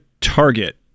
target